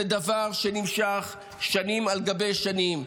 זה דבר שנמשך שנים על גבי שנים,